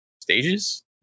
stages